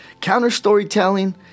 Counter-storytelling